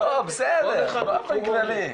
לא, בסדר, באופן כללי.